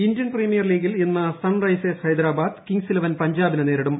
L Indian premier ലീഗിൽ ഇന്ന് Sunrisers Hyderabad Kings eleven പഞ്ചാബിനെ നേരിടും